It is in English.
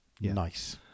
nice